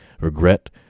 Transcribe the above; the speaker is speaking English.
regret